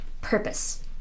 purpose